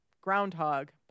groundhog